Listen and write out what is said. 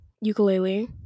ukulele